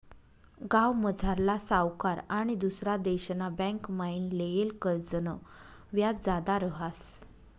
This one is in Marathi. गावमझारला सावकार आनी दुसरा देशना बँकमाईन लेयेल कर्जनं व्याज जादा रहास